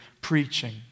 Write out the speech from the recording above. preaching